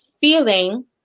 feeling